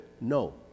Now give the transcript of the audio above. no